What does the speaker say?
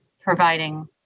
Providing